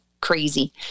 crazy